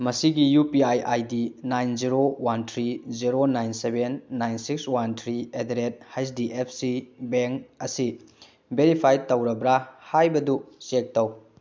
ꯃꯁꯤꯒꯤ U P I I D nine zero one three zero nine seven nine six one three at the rate H D F C bank ꯑꯁꯤ verify ꯇꯧꯔꯕ꯭ꯔꯥ ꯍꯥꯏꯕꯗꯨ check ꯇꯧ